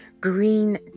green